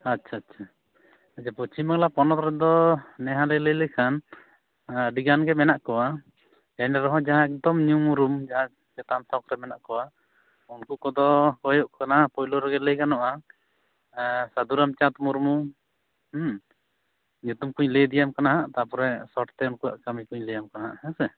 ᱟᱪᱪᱷᱟ ᱟᱪᱪᱷᱟ ᱟᱪᱪᱷᱟ ᱯᱚᱪᱷᱤᱢ ᱵᱟᱝᱞᱟ ᱯᱚᱱᱚᱛ ᱨᱮᱫᱚ ᱱᱮ ᱦᱟᱞᱮ ᱞᱟᱹᱭ ᱞᱮᱠᱷᱟᱱ ᱟᱹᱰᱤ ᱜᱟᱱ ᱜᱮ ᱢᱮᱱᱟᱜ ᱠᱚᱣᱟ ᱮᱱᱨᱮᱦᱚᱸ ᱡᱟᱦᱟᱸ ᱮᱠᱫᱚᱢ ᱧᱩᱢ ᱩᱨᱩᱢ ᱡᱟᱦᱟᱸ ᱪᱮᱛᱟᱱ ᱴᱷᱚᱠ ᱨᱮ ᱢᱮᱱᱟᱜ ᱠᱚᱣᱟ ᱩᱱᱠᱩ ᱠᱚᱫᱚ ᱦᱩᱭᱩᱜ ᱠᱟᱱᱟ ᱯᱳᱭᱞᱳ ᱨᱮᱜᱮ ᱞᱟᱹᱭ ᱜᱟᱱᱚᱜᱼᱟ ᱥᱟᱫᱷᱩᱨᱟᱢ ᱪᱟᱸᱫᱽ ᱢᱩᱨᱢᱩ ᱧᱩᱛᱩᱢ ᱠᱚᱹᱧ ᱞᱟᱹᱭ ᱤᱫᱤᱭᱟᱢ ᱠᱟᱱᱟ ᱦᱟᱜ ᱛᱟᱯᱚᱨᱮ ᱥᱚᱴ ᱛᱮ ᱩᱱᱠᱩᱭᱟᱜ ᱠᱟᱹᱢᱤᱠᱚᱹᱧ ᱞᱟᱹᱭᱟᱢ ᱠᱟᱱᱟ ᱦᱟᱜ ᱜᱮᱸ ᱥᱮ